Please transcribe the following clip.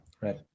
right